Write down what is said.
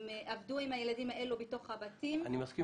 הם עבדו עם הילדים האלו בתוך הבתים ואני חושבת